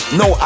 no